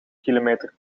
kilometer